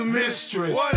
mistress